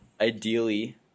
ideally